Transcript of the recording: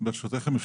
אני